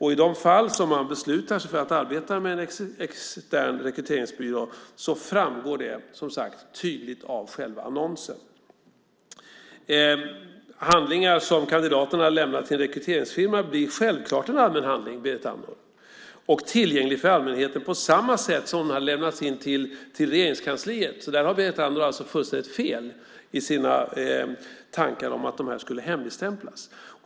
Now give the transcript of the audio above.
I de fall man beslutar sig för att arbeta med en extern rekryteringsbyrå framgår det som sagt tydligt av själva annonsen. Handlingar som kandidaterna lämnar till en rekryteringsfirma blir självklart en allmän handling, Berit Andnor, och tillgänglig för allmänheten på samma sätt som om de hade lämnats in till Regeringskansliet. Där har Berit Andnor alltså fullständigt fel i sina tankar om att de skulle hemligstämplas.